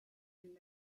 and